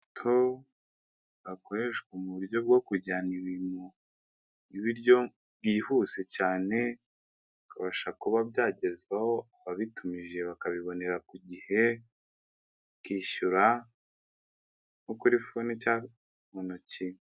Moto bakoreshwa mu buryo bwo kujyana ibintu, ibiryo bwihuse cyane, ukabasha kuba byagezwaho ababitumije bakabibonera ku gihe, ukishyura nko kuri foni cyangwa mu ntoki.